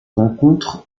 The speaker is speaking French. rencontre